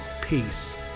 peace